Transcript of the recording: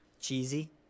Cheesy